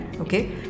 Okay